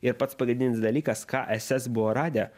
ir pats pagrindinis dalykas ką ss buvo radę